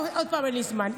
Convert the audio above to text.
עוד פעם אין לי זמן,